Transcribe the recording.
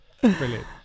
Brilliant